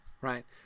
right